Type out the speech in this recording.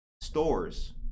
stores